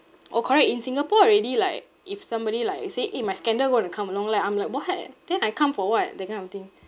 orh correct in singapore already like if somebody like say eh my scandal going to come along like I'm like what then I come for what that kind of thing